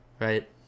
Right